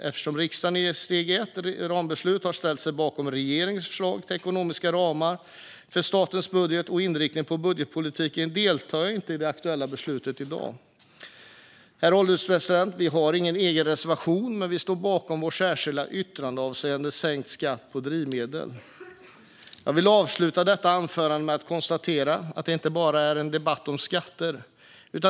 Eftersom riksdagen i steg ett - rambeslutet - har ställt sig bakom regeringens förslag till ekonomiska ramar för statens budget och inriktning på budgetpolitiken deltar jag inte i det aktuella beslutet. Herr ålderspresident! Vi har ingen egen reservation, men jag står bakom vårt särskilda yttrande avseende sänkt skatt på drivmedel. Jag vill avsluta detta anförande med att konstatera att detta inte bara är en debatt om skatter.